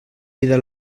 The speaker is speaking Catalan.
vida